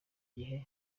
gihe